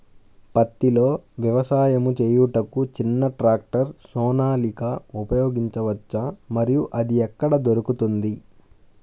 పత్తిలో వ్యవసాయము చేయుటకు చిన్న ట్రాక్టర్ సోనాలిక ఉపయోగించవచ్చా మరియు అది ఎక్కడ దొరుకుతుంది?